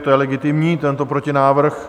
To je legitimní tento protinávrh.